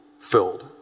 filled